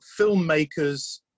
filmmakers